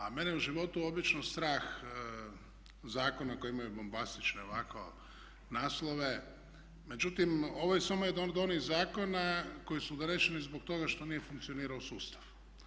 A mene u životu obično strah zakona koji imaju bombastične ovako naslove, međutim ovo je samo još od onih zakona koji su doneseni zbog toga što nije funkcionirao sustav.